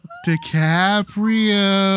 DiCaprio